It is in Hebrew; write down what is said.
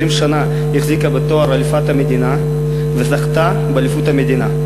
שנה החזיקה בתואר אלופת המדינה וזכתה באליפות המדינה.